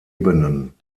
ebenen